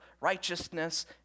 righteousness